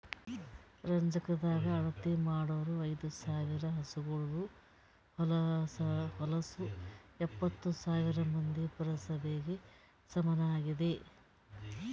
ರಂಜಕದಾಗ್ ಅಳತಿ ಮಾಡೂರ್ ಐದ ಸಾವಿರ್ ಹಸುಗೋಳದು ಹೊಲಸು ಎಪ್ಪತ್ತು ಸಾವಿರ್ ಮಂದಿಯ ಪುರಸಭೆಗ ಸಮನಾಗಿದೆ